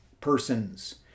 persons